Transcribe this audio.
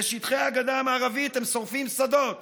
בשטחי הגדה המערבית הם שורפים שדות